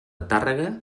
tàrrega